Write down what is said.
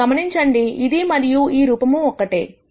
మీరు గమనించండి ఇది మరియు ఈ రూపము ఒకటే